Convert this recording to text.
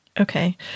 Okay